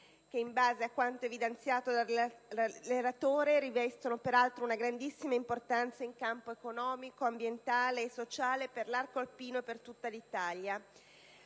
che, in base a quanto evidenziato dal relatore, rivestono una grandissima importanza in campo economico, ambientale e sociale per l'arco alpino e per tutta l'Italia.